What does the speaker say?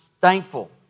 thankful